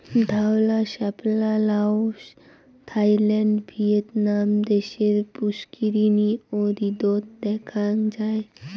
ধওলা শাপলা Laos, Thailand, Vietnam দ্যাশের পুস্কুরিনী ও হ্রদত দ্যাখাং যাই